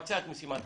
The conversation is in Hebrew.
את משימת הסעות.